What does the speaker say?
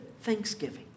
thanksgiving